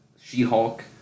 She-Hulk